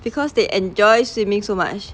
because they enjoy swimming so much